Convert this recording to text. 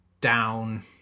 down